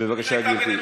אפילו לא שמעתי אותך.